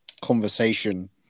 conversation